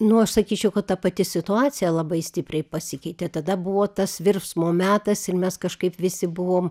nu aš sakyčiau kad ta pati situacija labai stipriai pasikeitė tada buvo tas virsmo metas ir mes kažkaip visi buvom